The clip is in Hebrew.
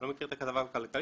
לא מכיר את הכתבה בכלכליסט,